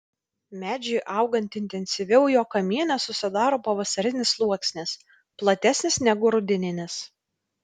medžiui augant intensyviau jo kamiene susidaro pavasarinis sluoksnis platesnis negu rudeninis